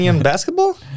basketball